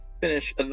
finish